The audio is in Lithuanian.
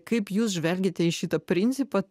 kaip jūs žvelgiate į šitą principą